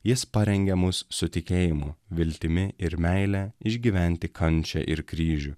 jis parengia mus su tikėjimu viltimi ir meile išgyventi kančią ir kryžių